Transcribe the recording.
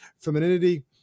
femininity